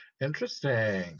interesting